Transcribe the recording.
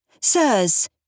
Sirs